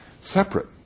separate